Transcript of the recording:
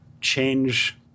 change